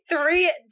three